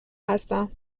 هستم